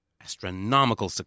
astronomical